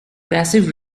passive